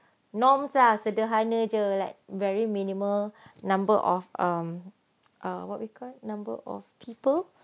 norms lah sederhana jer like very minimal number of um err what you call number of people